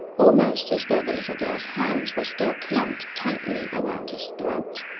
almost as though the little girl's hands were still clamped tightly around his throat.